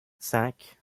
cinq